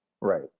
Right